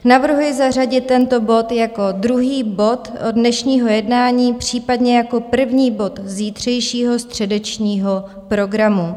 Navrhuji zařadit tento bod jako druhý bod dnešního jednání, případně jako první bod zítřejšího středečního programu.